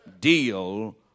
Deal